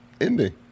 ending